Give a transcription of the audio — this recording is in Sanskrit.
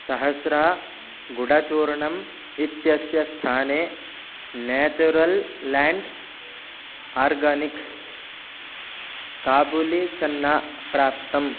सहस्रा गुडचूर्णम् इत्यस्य स्थाने नेचुरल् लेण्ड् आर्गानिक्स् काबुलीचन्ना प्राप्तम्